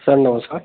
sir नमस्कार